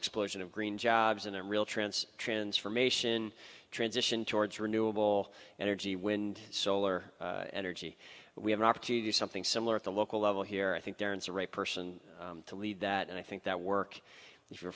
explosion of green jobs and real trance transformation transition towards renewable energy wind solar energy we have an opportunity something similar at the local level here i think there is a right person to lead that and i think that work